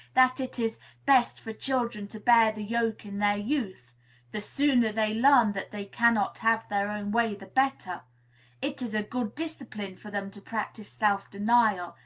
that it is best for children to bear the yoke in their youth the sooner they learn that they cannot have their own way the better it is a good discipline for them to practise self-denial,